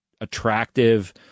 attractive